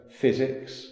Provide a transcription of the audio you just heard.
physics